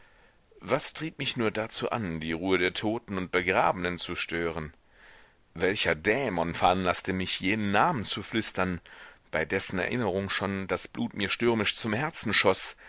was trieb mich nur dazu an die ruhe der toten und begrabenen zu stören welcher dämon veranlaßte mich jenen namen zu flüstern bei dessen erinnerung schon das blut mir stürmisch zum herzen schoß